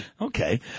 Okay